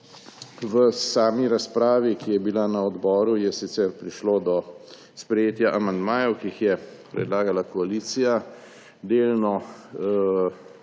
V razpravi, ki je bila na odboru, je sicer prišlo do sprejetja amandmajev, ki jih je predlagala koalicija. Delno,